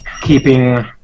keeping